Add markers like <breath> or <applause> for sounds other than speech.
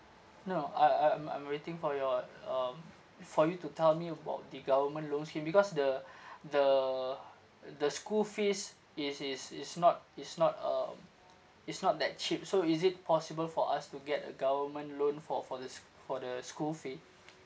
no I I I'm I'm waiting for your um for you to tell me about the government loan scheme because the <breath> the the school fees is is is not is not um is not that cheap so is it possible for us to get a government loan for for this for the school fee